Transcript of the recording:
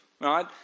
right